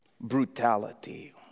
brutality